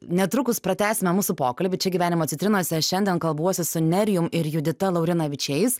netrukus pratęsime mūsų pokalbį čia gyvenimo citrinose šiandien kalbuosi su nerijum ir judita laurinavičiais